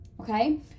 okay